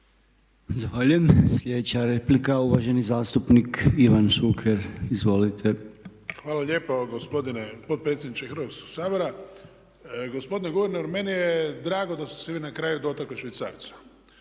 Zahvaljujem. Sljedeća replika, uvaženi zastupnik Ivan Šuker. Izvolite. **Šuker, Ivan (HDZ)** Hvala lijepo gospodine potpredsjedniče Hrvatskog sabora. Gospodine guverneru meni je drago da ste se vi na kraju dotakli švicarca.